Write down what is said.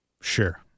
Sure